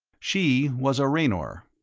she was a raynor.